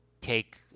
take